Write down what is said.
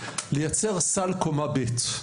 לייצר סל "קומה ב'",